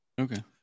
Okay